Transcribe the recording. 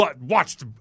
watched